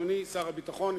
אדוני שר הביטחון,